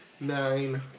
Nine